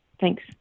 Thanks